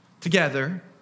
together